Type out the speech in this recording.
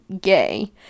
gay